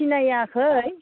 सिनायाखै